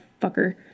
fucker